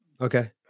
Okay